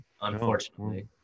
unfortunately